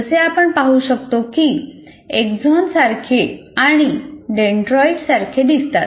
जसे आपण पाहू शकतो की हे एक्झोनसारखे आणि डिन्ड्राइट्स सारखे दिसतात